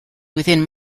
within